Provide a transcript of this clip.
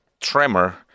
tremor